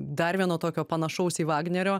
dar vieno tokio panašaus į vagnerio